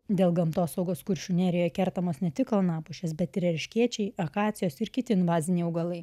dėl gamtosaugos kuršių nerijoje kertamos ne tik kalnapušės bet ir erškėčiai akacijos ir kiti invaziniai augalai